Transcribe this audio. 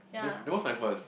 uh then what's my first